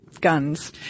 guns